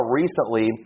recently